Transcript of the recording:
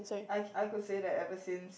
I I could say that ever since